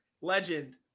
Legend